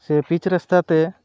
ᱥᱮ ᱯᱤᱪ ᱨᱟᱥᱛᱟ ᱛᱮ